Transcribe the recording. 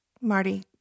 Marty